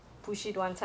ya